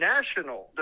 National